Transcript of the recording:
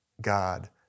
God